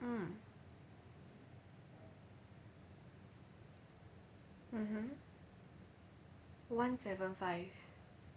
mm mmhmm one seven five